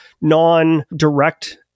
non-direct